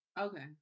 Okay